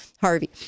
Harvey